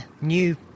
new